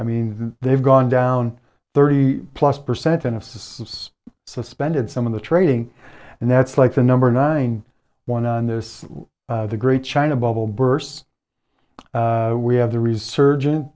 i mean they've gone down thirty plus percent innocence has suspended some of the trading and that's like the number nine one on this the great china bubble burst we have the resurgence